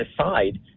aside